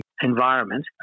environment